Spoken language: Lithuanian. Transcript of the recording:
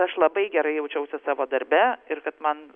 aš labai gerai jaučiausi savo darbe ir kad man